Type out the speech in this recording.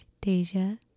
Deja